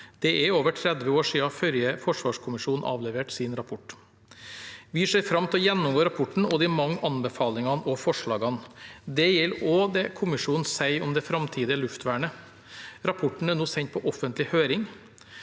Det er over 30 år siden forrige forsvarskommisjon avleverte sin rapport. Vi ser fram til å gjennomgå rapporten og de mange anbefalingene og forslagene. Det gjelder også det kommisjonen sier om det framtidige luftvernet. Rapporten er nå sendt på offentlig høring.